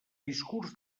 discurs